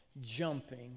jumping